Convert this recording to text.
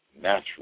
natural